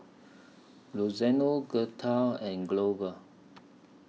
Gertha and Glover